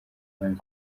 umwami